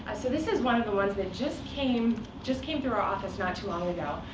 ah so this is one of the ones that just came just came through our office, not too long ago.